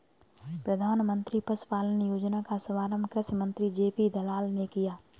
प्रधानमंत्री पशुपालन योजना का शुभारंभ कृषि मंत्री जे.पी दलाल ने किया